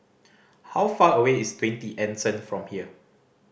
how far away is Twenty Anson from here